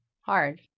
hard